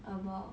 about